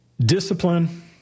Discipline